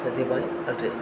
ସେଥିପାଇ